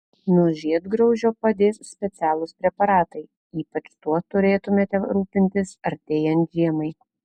nuo žiedgraužio padės specialūs preparatai ypač tuo turėtumėte rūpintis artėjant žiemai